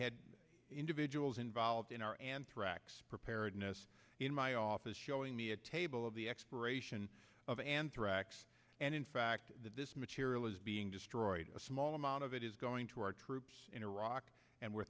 had individuals involved in our anthrax preparedness in my office showing me a table of the expiration of anthrax and in fact that this material is being destroyed a small amount of it is going to our troops in iraq and we're